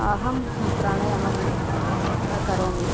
अहं हा प्राणायामं न करोमि